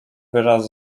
wyraz